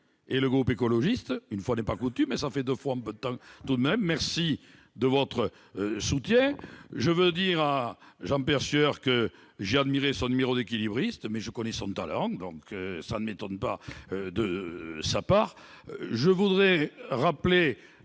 et le groupe écologiste- une fois n'est pas coutume, même si cela fait deux fois en peu de temps. Merci de votre soutien. Je veux dire à Jean-Pierre Sueur que j'ai admiré son numéro d'équilibriste, mais je connais son talent ; cela ne m'a donc pas étonné de sa part.